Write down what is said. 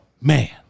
Man